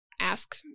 ask